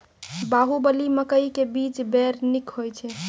बाहुबली मकई के बीज बैर निक होई छै